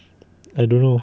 I don't know